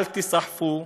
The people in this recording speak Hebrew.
אל תיסחפו.